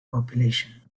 population